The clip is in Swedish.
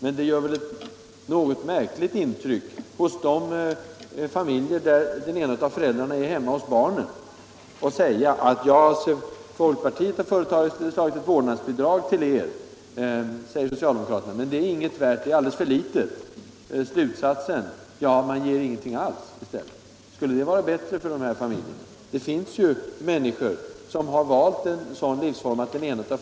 Men det gör an tagligen ett något märkligt intryck på de familjer, där den ena föräldern Nr 24 är hemma hos barnen, när socialdemokraterna säger: Folkpartiet har fö Onsdagen den reslagit ett vårdnadsbidrag till er, men det är ingenting värt, det är alldeles 19 november 1975 för litet — och sedan blir socialdemokraternas slutsats att man inte vill LL ge någonting alls. Skulle det vara bättre för de här familjerna? Jämställdhetsfrågor Det finns ju människor som har valt en sådan livsform, att den ena — mm.m.